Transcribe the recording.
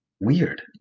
weird